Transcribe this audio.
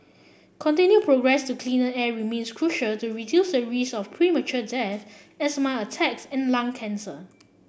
continued progress to cleaner air remains crucial to reduce the risk of premature death asthma attacks and lung cancer